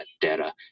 data